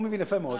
הוא מבין יפה מאוד.